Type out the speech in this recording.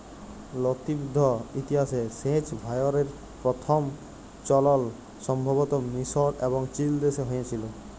লতিবদ্ধ ইতিহাসে সেঁচ ভাঁয়রের পথম চলল সম্ভবত মিসর এবং চিলদেশে হঁয়েছিল